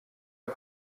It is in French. est